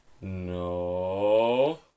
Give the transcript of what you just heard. No